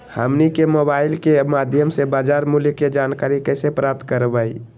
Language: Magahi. हमनी के मोबाइल के माध्यम से बाजार मूल्य के जानकारी कैसे प्राप्त करवाई?